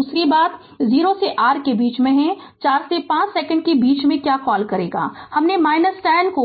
और दूसरी बात 0 से r के बीच में है 4 से 5 सेकंड के बीच में क्या कॉल करें हमने 10 को